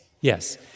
yes